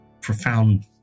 profound